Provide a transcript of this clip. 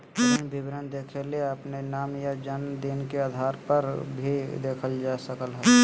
ऋण विवरण देखेले अपन नाम या जनम दिन के आधारपर भी देखल जा सकलय हें